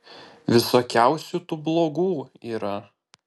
visokiausių tų blogų yra